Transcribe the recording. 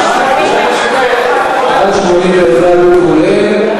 על-פי בקשתו של חבר הכנסת דב חנין,